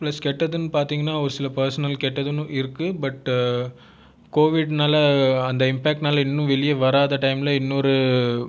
plus கெட்டதுன்னு பார்த்தீங்கன்னா ஒரு சில பெர்ஸ்னல் கெட்டதுன்னும் இருக்கு பட் கோவிட்னால் அந்த இம்பெக்ட்னால் இன்னும் வெளியே வராத டைமில் இன்னொரு